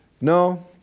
No